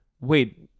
Wait